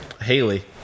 Haley